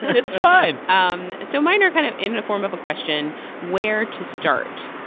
it's fine um so mine are kind of in the form of a question where to start?